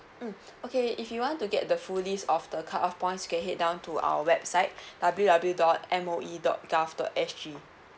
mm okay if you want to get the full list of the cut off points you can head down to our website W W dot M O E dot gov dot S G